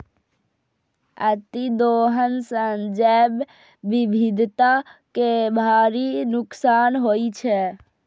अतिदोहन सं जैव विविधता कें भारी नुकसान होइ छै